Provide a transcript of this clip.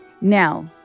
Now